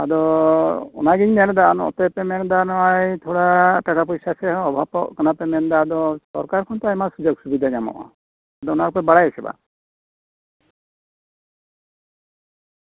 ᱟᱫᱚ ᱚᱱᱟᱜᱤᱧ ᱢᱮᱱ ᱮᱫᱟ ᱱᱚᱛᱮ ᱯᱮ ᱢᱚᱱᱫᱟ ᱛᱷᱚᱲᱟ ᱴᱟᱠᱟ ᱯᱚᱭᱥᱟ ᱛᱮᱦᱚᱸ ᱚᱵᱷᱟᱵᱚᱜ ᱠᱟᱱᱟᱯᱮ ᱢᱮᱱᱮᱫᱟ ᱟᱫᱚ ᱥᱚᱨᱠᱟᱨ ᱠᱷᱚᱱ ᱛᱚ ᱟᱢᱫᱟ ᱥᱩᱡᱳᱜᱽ ᱥᱩᱵᱤᱫᱷᱟ ᱧᱟᱢᱚᱜᱼᱟ ᱚᱱᱟᱯᱮ ᱵᱟᱲᱟᱭᱟ ᱥᱮ ᱵᱟᱝ